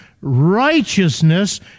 righteousness